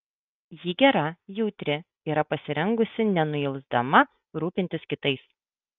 ji gera jautri yra pasirengusi nenuilsdama rūpintis kitais